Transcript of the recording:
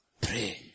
Pray